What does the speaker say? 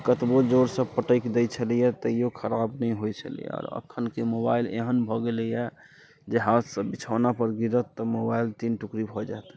कतबो जोरसँ पटकि दय छलैया तैयो खराप नहि होयत छलैया आओर अखनके मोबाइल एहन भऽ गेलैया जे हाथसँ बिछौना पर गिरत तऽ मोबाइल तीन टुकड़ी भऽ जायत